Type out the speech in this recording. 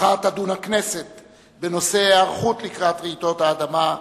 מחר תדון הכנסת בהיערכות לקראת רעידות האדמה,